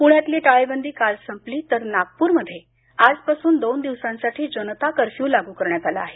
पुण्यातली टाळेबंदी काल संपली तर नागपूरमधे आजपासून दोन दिवसांसाठी जनता कर्फ्यू लागू करण्यात आला आहे